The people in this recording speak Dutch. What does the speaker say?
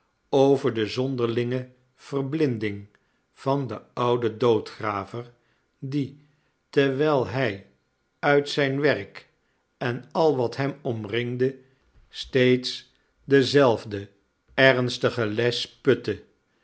over de zonderlinge verblinding van den ouden doodgraver die terwijl hij uit zijn werk en al wat hem omringde steeds dezelfde ernstige les putte